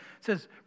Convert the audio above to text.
says